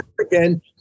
again